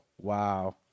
Wow